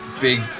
big